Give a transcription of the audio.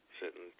Sitting